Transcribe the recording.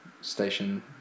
Station